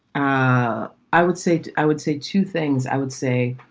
i i would say. i would say two things. i would say